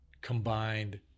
combined